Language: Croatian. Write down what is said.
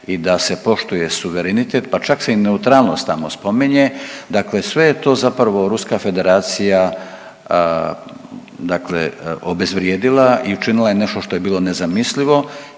i da se poštuje suverenitet pa čak se i neutralnost tamo spominje, dakle sve je to zapravo Ruska Federacija dakle obezvrijedila i učinila je nešto što je bilo nezamislivo.